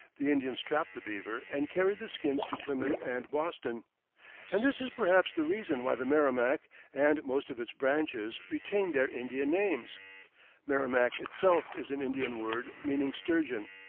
the indians trapped the beaver, and carried the skins to plymouth and boston and this is perhaps the reason why the merrimac and most of its branches retain their indian names merrimac itself is an indian word meaning sturgeon,